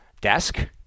desk